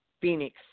Phoenix